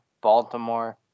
Baltimore